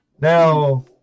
Now